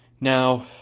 Now